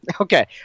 Okay